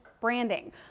Branding